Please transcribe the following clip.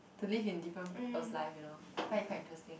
to live in different people's life you know quite interesting